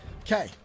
Okay